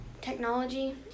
technology